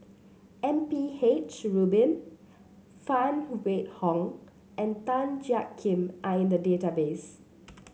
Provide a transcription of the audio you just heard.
M P H Rubin Phan Wait Hong and Tan Jiak Kim are in the database